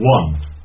one